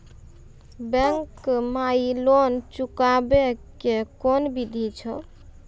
Bank माई loan चुकाबे के कोन बिधि छै?